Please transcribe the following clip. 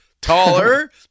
taller